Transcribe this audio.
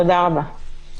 תודה רבה.